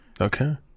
Okay